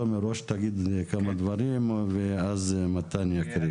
תומר, או שתגיד כמה דברים ואז מתן יקריא.